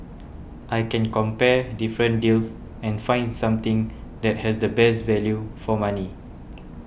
I can compare different deals and find something that has the best value for money